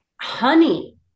honey